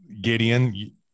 Gideon